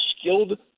skilled